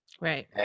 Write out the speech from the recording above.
Right